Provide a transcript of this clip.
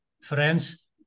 friends